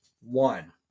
one